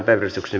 asia